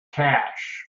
cash